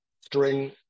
string